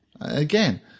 Again